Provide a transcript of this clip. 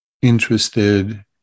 interested